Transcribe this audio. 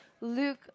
Luke